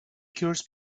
cures